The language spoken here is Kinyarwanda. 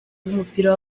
w’umupira